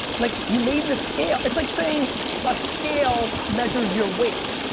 like you made this scale, it's like saying a scale measures your weight.